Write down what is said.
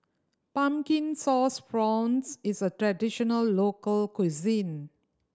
Pumpkin Sauce Prawns is a traditional local cuisine